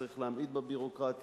צריך להמעיט בביורוקרטיה.